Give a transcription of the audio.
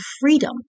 freedom